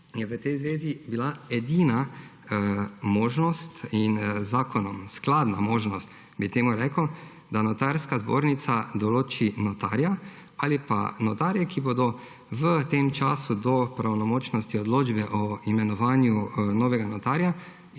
je v tej zvezi bila edina možnost in z zakonom skladna možnost, bi temu rekel, da Notarska zbornica določi notarja ali pa notarje, ki bodo v tem času do pravnomočnosti odločbe o imenovanju novega notarja,